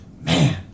Man